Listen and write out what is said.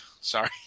Sorry